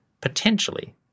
potentially